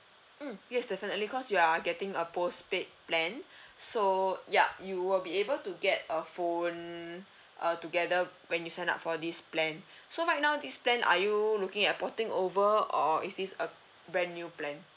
hmm yes definitely because you're getting a post paid plan so yup you will be able to get a phone uh together when you sign up for this plan so right now this plan are you looking at porting over or is this a brand new plan